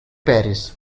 paris